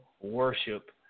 Worship